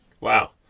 Wow